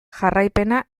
jarraipena